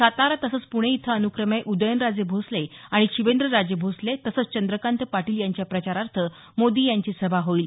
सातारा तसंच प्णे इथं अनुक्रमे उदयनराजे भोसले आणि शिवेंद्रराजे भोसले तसंच चंद्रकांत पाटील यांच्या प्रचारार्थ मोदी यांची सभा होईल